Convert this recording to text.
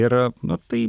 ir na tai